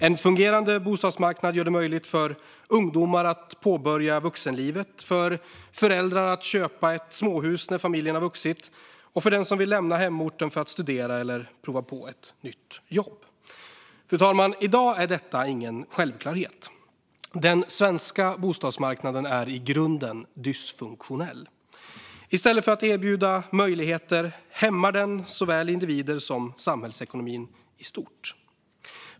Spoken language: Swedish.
En fungerande bostadsmarknad gör det möjligt för ungdomar att påbörja vuxenlivet, för föräldrar att köpa ett småhus när familjen har vuxit och för den som vill lämna hemorten för att studera eller prova på ett nytt jobb. Fru talman! I dag är detta ingen självklarhet. Den svenska bostadsmarknaden är i grunden dysfunktionell. I stället för att erbjuda möjligheter hämmar den såväl individer som samhällsekonomin i stort.